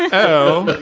and oh,